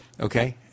Okay